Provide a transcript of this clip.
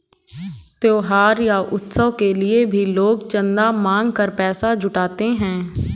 त्योहार या उत्सव के लिए भी लोग चंदा मांग कर पैसा जुटाते हैं